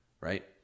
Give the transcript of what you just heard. Right